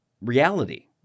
reality